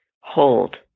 hold